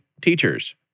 teachers